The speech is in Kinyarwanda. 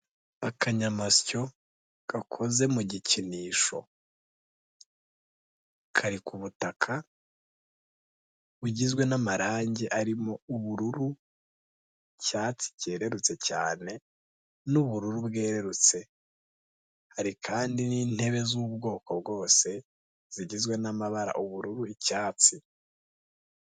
Akanyamasyo gakoze mu gikinisho kari ku butaka bugizwe n'amarange arimo ubururu, icyatsi cyererutse cyane n'ubururu bwererutse, hari kandi n'intebe z'ubwoko bwose zigizwe n'amabara ubururu, icyatsi.